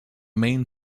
main